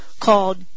called